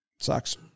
Sucks